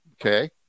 Okay